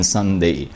Sunday